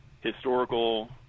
historical